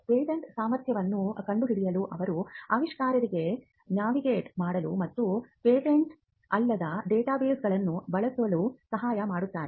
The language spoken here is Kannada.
ಪೇಟೆಂಟ್ ಸಾಮರ್ಥ್ಯವನ್ನು ಕಂಡುಹಿಡಿಯಲು ಅವರು ಆವಿಷ್ಕಾರಕರಿಗೆ ನ್ಯಾವಿಗೇಟ್ ಮಾಡಲು ಮತ್ತು ಪೇಟೆಂಟ್ ಮತ್ತು ಪೇಟೆಂಟ್ ಅಲ್ಲದ ಡೇಟಾಬೇಸ್ಗಳನ್ನು ಬಳಸಲು ಸಹಾಯ ಮಾಡುತ್ತಾರೆ